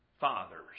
fathers